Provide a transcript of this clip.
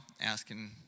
asking